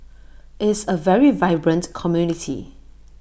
is A very vibrant community